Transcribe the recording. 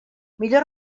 millor